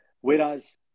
whereas